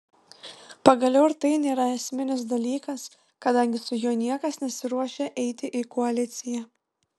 pagaliau ir tai nėra esminis dalykas kadangi su juo niekas nesiruošia eiti į koaliciją